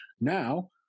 Now